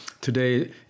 today